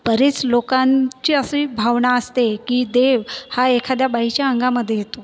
बरेच लोकांची अशी भावना असते की देव हा एखाद्या बाईच्या अंगामध्ये येतो